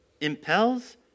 impels